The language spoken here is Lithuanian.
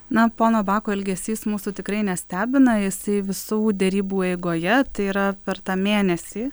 na pono bako elgesys mūsų tikrai nestebina jisai visų derybų eigoje tai yra per tą mėnesį